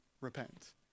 repent